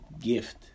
gift